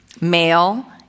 Male